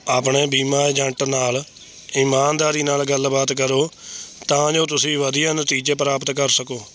ਆਪਣੇ ਬੀਮਾ ਏਜੰਟ ਨਾਲ ਇਮਾਨਦਾਰੀ ਨਾਲ ਗੱਲਬਾਤ ਕਰੋ ਤਾਂ ਜੋ ਤੁਸੀਂ ਵਧੀਆ ਨਤੀਜੇ ਪ੍ਰਾਪਤ ਕਰ ਸਕੋ